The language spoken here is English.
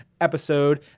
episode